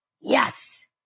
yes